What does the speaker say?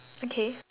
okay